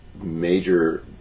major